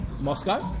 Moscow